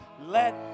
let